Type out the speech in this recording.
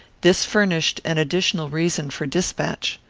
this furnished an additional reason for despatch.